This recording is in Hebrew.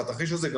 התרחיש הזה,